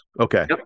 Okay